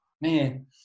Man